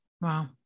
Wow